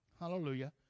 hallelujah